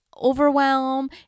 overwhelm